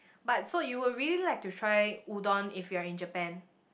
but so you were really like to try udon if you are in Japan